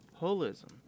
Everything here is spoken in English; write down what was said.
holism